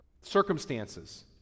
circumstances